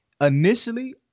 initially